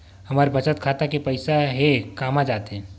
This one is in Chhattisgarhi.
हमर बचत खाता के पईसा हे कामा जाथे?